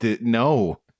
no